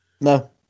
no